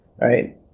right